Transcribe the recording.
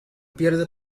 pierde